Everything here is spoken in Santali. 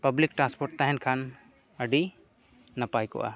ᱯᱟᱵᱽᱞᱤᱠ ᱴᱟᱥᱯᱳᱨᱴ ᱛᱟᱦᱮᱱ ᱠᱷᱟᱱ ᱟᱹᱰᱤ ᱱᱟᱯᱟᱭ ᱠᱚᱜᱼᱟ